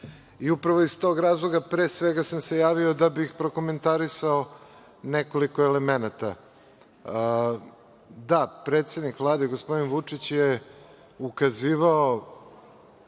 jesu. Upravo iz tog razloga, pre svega, sam se javio da bih prokomentarisao nekoliko elemenata. Da, predsednik Vlade, gospodin Vučić, je ukazivao